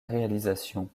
réalisation